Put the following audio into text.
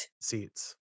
seats